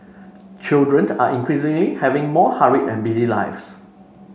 children are increasingly having more hurried and busy lives